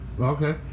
Okay